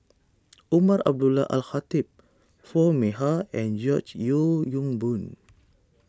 Umar Abdullah Al Khatib Foo Mee Har and George Yeo Yong Boon